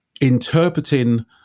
interpreting